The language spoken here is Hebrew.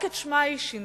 רק את שמה היא שינתה: